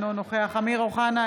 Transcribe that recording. אינו נוכח אמיר אוחנה,